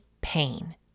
pain